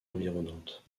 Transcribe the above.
environnantes